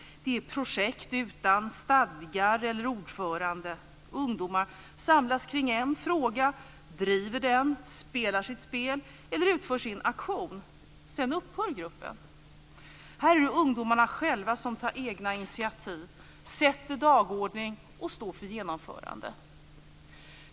Det är projekt utan stadgar eller ordföranden. Ungdomar samlas kring en fråga, driver den, spelar sitt spel eller utför sin aktion. Sedan upphör gruppen. I det här fallet är det ungdomarna själva som tar egna initiativ, sätter dagordning och står för genomförande.